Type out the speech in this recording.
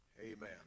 Amen